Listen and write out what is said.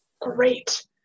great